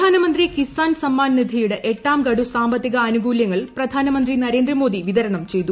പ്രധാനമന്ത്രി കിസാൻ സമ്മാൻ നിധിയുടെ എട്ടാം ഗഡു സാമ്പത്തിക ആനുകൂലൃങ്ങൾ പ്രധാനമന്ത്രി നരേന്ദ്ര മോദി വിതരണം ചെയ്തു